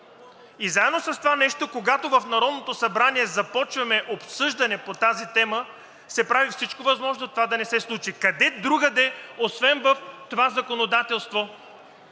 и заедно с това нещо, когато в Народното събрание започваме обсъждане по тази тема, се прави всичко възможно това да не се случи. Къде другаде, освен в това законодателство?